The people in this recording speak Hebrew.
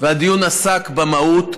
והדיון עסק במהות,